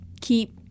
keep